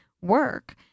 work